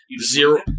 zero